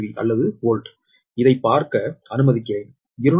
V அல்லது volt இதைப் பார்க்க அனுமதிக்கிறேன்